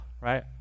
right